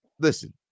listen